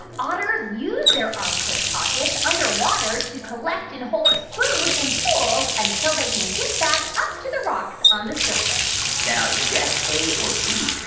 otters use their armpit pockets underwater to collect and hold food and tools until they can get back up to the rocks on the surface now, if you guessed a or b,